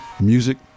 music